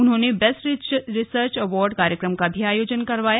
उन्होंने best research award कार्यक्रम का आयोजन भी करवाया